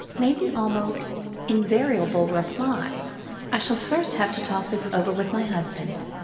made the almost invariable reply i shall first have to talk this over with my husband.